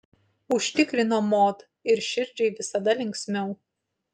užtikrino mod ir širdžiai visada linksmiau